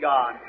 God